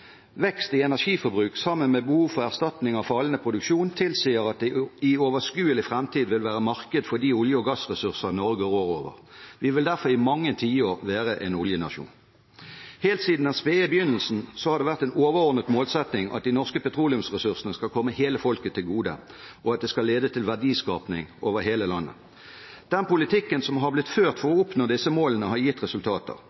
Vekst i energiforbruk sammen med behov for erstatning for fallende produksjon tilsier at det i overskuelig framtid vil være marked for de olje- og gassressurser Norge rår over. Vi vil derfor i mange tiår være en oljenasjon. Helt siden den spede begynnelsen har det vært en overordnet målsetting at de norske petroleumsressursene skal komme hele folket til gode, og at det skal lede til verdiskaping over hele landet. Den politikken som har blitt ført for å oppnå disse målene, har gitt resultater.